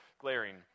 glaring